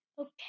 Okay